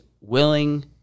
willing